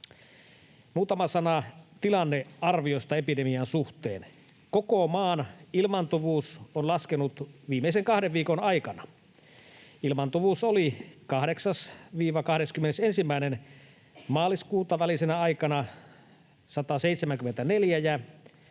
Muutama sana tilannearviosta epidemian suhteen: Koko maan ilmaantuvuus on laskenut viimeisen kahden viikon aikana. Ilmaantuvuus oli 8.—21. maaliskuuta välisenä aikana 174, ja